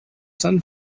sun